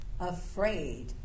afraid